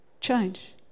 change